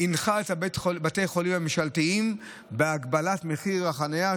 הנחה את בתי החולים הממשלתיים בהגבלת מחיר החניה,